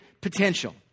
potential